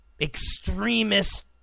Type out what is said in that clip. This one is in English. extremist